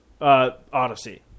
Odyssey